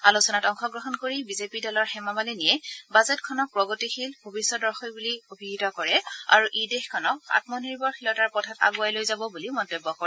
আলোচনাত অংশগ্ৰহণ কৰি বিজেপি দলৰ হেমামালিনীয়ে বাজেটখনক প্ৰগতিশীল ভৱিষ্যদৰ্শী বুলি অভিহিত কৰে আৰু ই দেশখনক আত্মনিৰ্ভৰশীলতাৰ পথত আগুৱাই লৈ যাব বুলি মন্তব্য কৰে